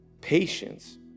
patience